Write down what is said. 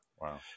Wow